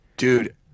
Dude